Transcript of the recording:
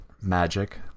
Magic